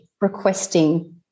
requesting